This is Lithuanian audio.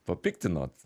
tuo piktinot